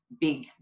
big